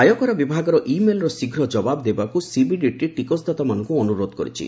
ଆୟକର ବିଭାଗର ଇ ମେଲ୍ର ଶୀଘ୍ର ଜବାବ ଦେବାକୁ ସିବିଡିଟି ଟିକସଦାତାମାନଙ୍କୁ ଅନୁରୋଧ କରିଛି